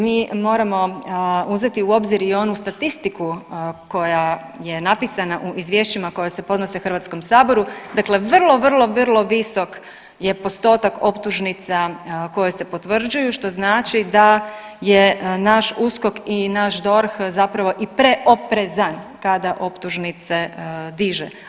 Mi moramo uzeti u obzir i onu statistiku koja je napisana u izvješćima koja se podnose Hrvatskom saboru, dakle vrlo, vrlo visok je postotak optužnica koje se potvrđuju što znači da je naš USKOK i naš DORH zapravo i preoprezan kada optužnice diže.